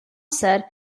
set